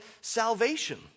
salvation